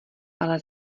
ale